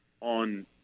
on